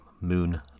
Moon